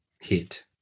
hit